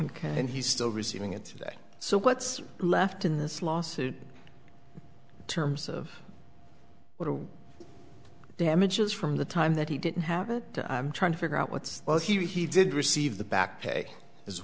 and he still receiving it today so what's left in this lawsuit terms of what damages from the time that he didn't have it i'm trying to figure out what well he did receive the back pay as